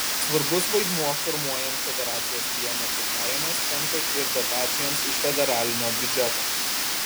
svarbus vaidmuo formuojant federacijos vienetų pajamas tenka ir dotacijoms iš federalinio biudžeto